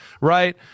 right